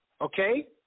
okay